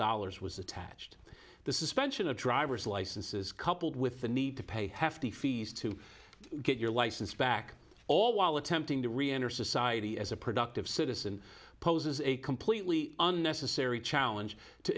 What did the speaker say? dollars was attached to the suspension of driver's licenses coupled with the need to pay hefty fees to get your license back all while attempting to re enter society as a productive citizen poses a completely unnecessary challenge to